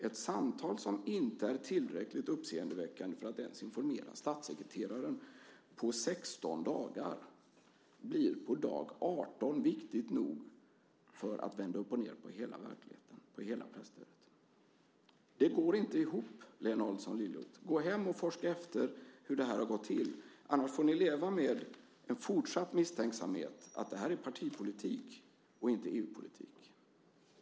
Ett samtal som inte är tillräckligt uppseendeväckande för att ens informera statssekreteraren på 16 dagar blir på dag 18 viktigt nog för att vända upp och ned på hela verkligheten, hela presstödet. Det går inte ihop, Lena Adelsohn Liljeroth. Gå hem och forska efter hur det här har gått till. Annars får ni leva med en fortsatt misstänksamhet om att det här är partipolitik och inte EU-politik.